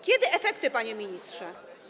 Kiedy efekty, panie ministrze?